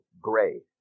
gray